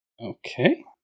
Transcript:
Okay